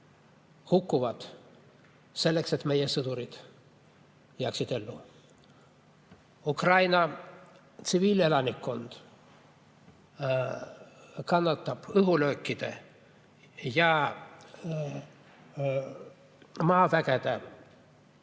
hukkuvad selleks, et meie sõdurid jääksid ellu. Ukraina tsiviilelanikkond kannatab õhulöökide ja maaväe